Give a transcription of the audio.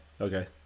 Okay